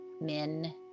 men